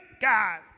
God